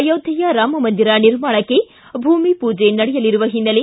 ಅಯೋಧ್ವೆಯ ರಾಮಮಂದಿರ ನಿರ್ಮಾಣಕ್ಕೆ ಭೂಮಿ ಪೂಜೆ ನಡೆಯಲಿರುವ ಹಿನ್ನೆಲೆ